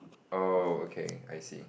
oh okay I see